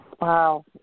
Wow